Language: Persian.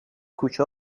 کوچه